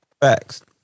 facts